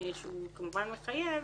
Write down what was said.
שהוא כמובן מחייב,